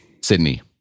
Sydney